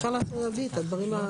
אפשר לעשות רביעי את הדברים.